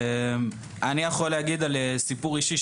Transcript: אני יכול לספר סיפור אישי,